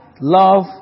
love